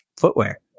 footwear